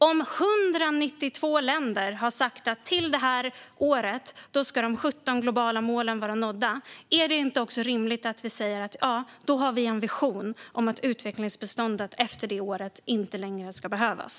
Om 192 länder har sagt att till detta år ska de 17 globala målen vara nådda, är det då inte också rimligt att vi säger att vi har en vision om att utvecklingsbiståndet efter detta år inte längre ska behövas?